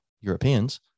Europeans